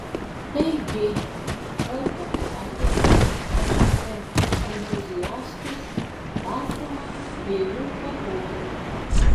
taigi kalbant apie nšp entuziastus esama dviejų pavojų